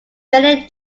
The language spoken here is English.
many